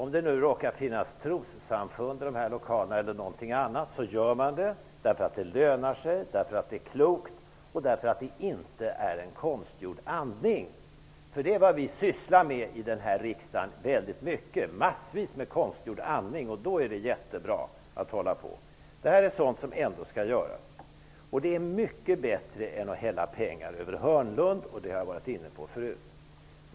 Man vidtar åtgärderna, även om det t.ex. råkar finnas trossamfund i lokalerna, därför att det lönar sig, därför att det är klokt och därför att det inte är konstgjord andning. Det är vad vi till stor del sysslar med i denna riksdag: massvis med konstgjord andning. Då är det jättebra. Det gäller arbeten som ändå skall göras. Det är mycket bättre än att hälla pengar över Hörnlund. Det har jag varit inne på förut.